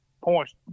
points